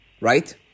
right